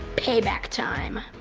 payback time.